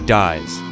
dies